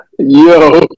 Yo